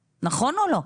נכון או לא?